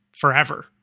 forever